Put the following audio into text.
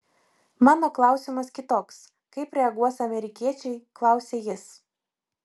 mano klausimas kitoks kaip reaguos amerikiečiai klausia jis